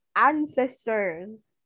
ancestors